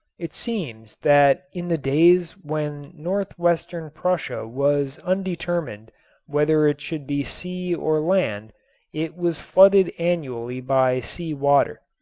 it seems that in the days when northwestern prussia was undetermined whether it should be sea or land it was flooded annually by sea-water.